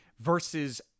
versus